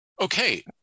Okay